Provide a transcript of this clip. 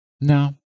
No